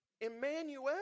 Emmanuel